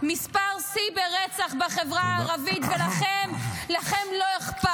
מספר שיא ברצח בחברה הערבית, ולכם, לכם, לא אכפת.